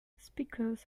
speakers